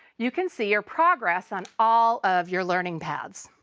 you can see your progress on all of your learning paths.